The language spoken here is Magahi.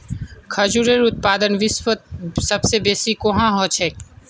खजूरेर उत्पादन विश्वत सबस बेसी कुहाँ ह छेक